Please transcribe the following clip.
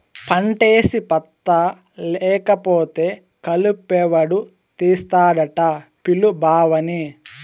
పంటేసి పత్తా లేకపోతే కలుపెవడు తీస్తాడట పిలు బావని